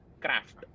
craft